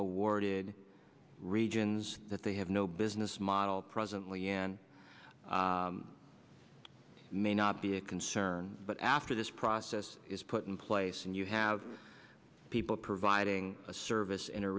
awarded regions that they have no business model presently and may not be a concern but after this process is put in place and you have people providing a service in a